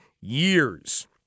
years